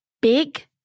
Big